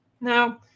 Now